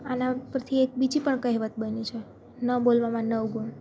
આના ઉપરથી એક બીજી પણ કહેવત બની છે ન બોલવામાં નવ ગુણ